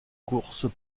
courses